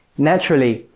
naturally,